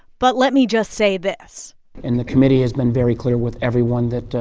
but let me just say this and the committee has been very clear with everyone that